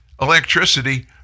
electricity